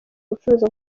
gucuruza